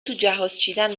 توجهازچیدن